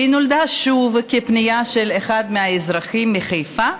והיא נולדה, שוב, כפנייה של אחד האזרחים, מחיפה,